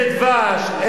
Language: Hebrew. איזה דבש?